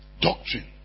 Doctrine